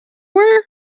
were